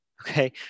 okay